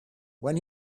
when